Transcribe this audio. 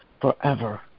forever